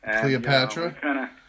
Cleopatra